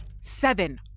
Seven